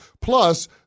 Plus